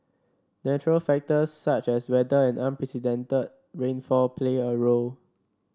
natural factors such as weather and unprecedented rainfall play a role